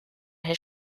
his